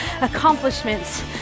accomplishments